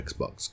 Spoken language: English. Xbox